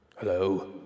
Hello